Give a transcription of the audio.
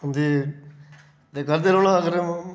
ते करदे रौह्ना अगर